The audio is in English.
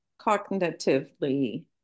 cognitively